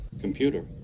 Computer